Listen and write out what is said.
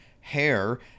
hair